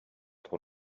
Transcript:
trop